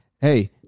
Hey